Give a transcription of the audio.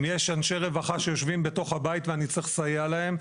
אם יש אנשי רווחה שיושבים בתוך הבית ואני צריך לסייע להם,